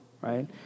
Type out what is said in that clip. right